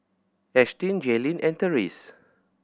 Ashtyn Jaylen and Therese